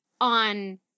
on